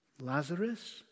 Lazarus